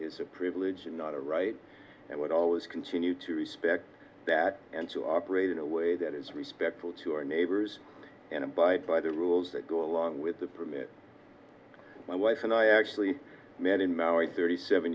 is a privilege and not a right and would always continue to respect that and to operate in a way that is respectful to our neighbors and abide by the rules that go along with the permit my wife and i actually met in maui thirty seven